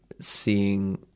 seeing